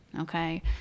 Okay